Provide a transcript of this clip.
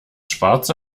schwarz